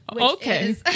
okay